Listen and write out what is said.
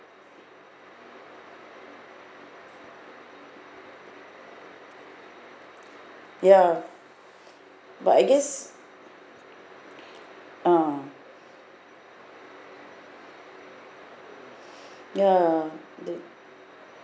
ya but I guess ah ya the